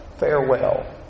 Farewell